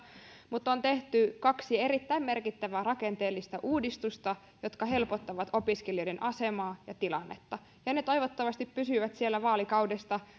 mutta on tehty kaksi erittäin merkittävää rakenteellista uudistusta jotka helpottavat opiskelijoiden asemaa ja tilannetta ja ne toivottavasti pysyvät siellä vaalikaudesta